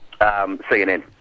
CNN